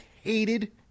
hated